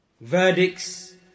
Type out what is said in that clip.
verdicts